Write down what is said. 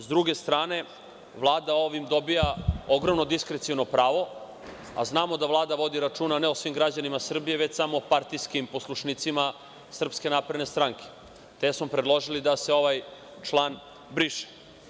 Sa druge strane, Vlada ovim dobija ogromno diskreciono pravo, a znamo da Vlada vodi računa, ne o svim građanima Srbije, već samo o partijskim poslušnicima SNS, te smo predložili da se ovaj član briše.